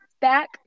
back